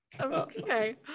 Okay